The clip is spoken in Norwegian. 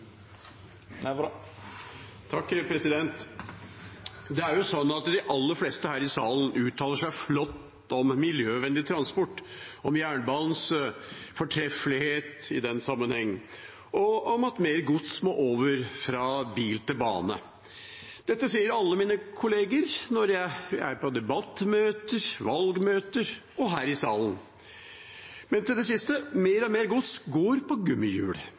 De aller fleste her i salen uttaler seg flott om miljøvennlig transport, om jernbanens fortreffelighet i den sammenheng, og om at mer gods må over fra bil til bane. Dette sier alle mine kolleger når jeg er på debattmøter, valgmøter og her i salen. Til det siste: Mer og mer gods går på